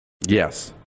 Yes